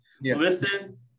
listen